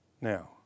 Now